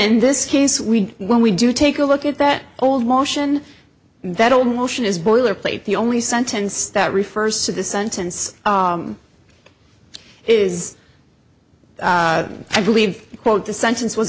in this case we when we do take a look at that old motion that all motion is boilerplate the only sentence that refers to the sentence is i believe quote the sentence was